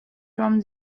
from